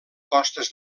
costes